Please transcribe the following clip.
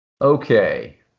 Okay